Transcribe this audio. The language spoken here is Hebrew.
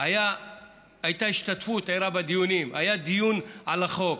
הייתה השתתפות ערה בדיונים, היה דיון על החוק.